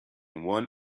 one